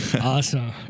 Awesome